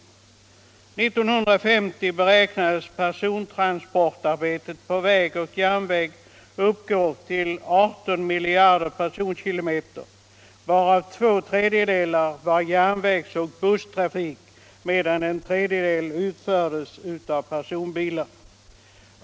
1950 beräknades persontransportarbetet på väg och järnväg uppgå till 18 miljarder personkilometer, varav två tredjedelar var järnvägsoch busstrafik, medan en tredjedel utfördes av personbilar.